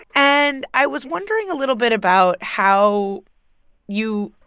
and i was wondering a little bit about how you